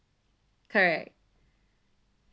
correct